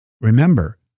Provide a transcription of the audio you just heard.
Remember